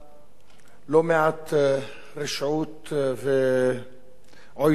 לא מעט רשעות ועוינות לשלום